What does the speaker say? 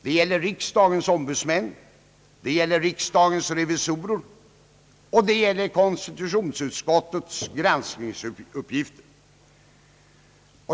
Det gäller riksdagens ombudsmän, riksdagens revisorer och konstitutionsutskottets granskningsuppgifter.